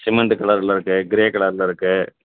cement கலர்ல இருக்குது grey கலர்ல இருக்குது